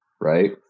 right